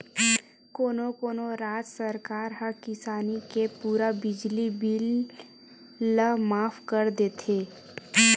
कोनो कोनो राज सरकार ह किसानी के पूरा बिजली बिल ल माफ कर देथे